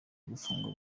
gufungwa